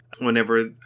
whenever